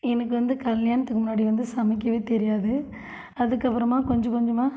எனக்கு வந்து கல்யாணத்துக்கு முன்னாடி வந்து சமைக்கவே தெரியாது அதுக்கப்புறமா கொஞ்சம் கொஞ்சமாக